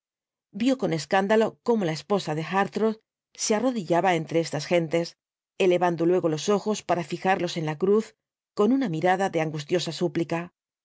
vio con escándalo cómo la esposa de hartrott se arrodillaba entre estas gentes elevando luego los ojos para fijarlos en la cruz con una mirada de angustiosa súplica